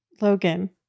Logan